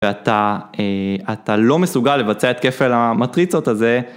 ואתה אתה לא מסוגל לבצע את כפל המטריצות הזה.